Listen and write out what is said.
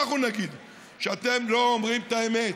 אנחנו נגיד שאתם לא אומרים את האמת.